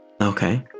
Okay